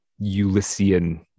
Ulyssian